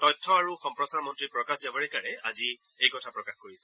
তথ্য আৰু সম্প্ৰচাৰ মন্ত্ৰী প্ৰকাশ জাভাড়েকাৰে আজি এই কথা প্ৰকাশ কৰিছে